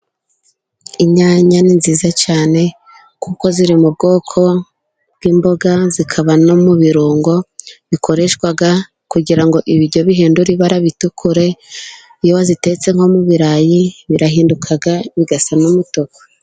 Inyanya ni nziza cyane kuko ziri mu bwoko bw'imboga, zikaba no mu birungo bikoreshwa kugira ngo ibiryo bihindura ibara bitukure, iyo zitetse nko mu birayi birahinduka bigasa n'umutuku.